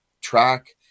track